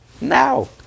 Now